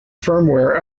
firmware